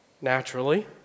naturally